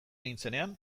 nintzenean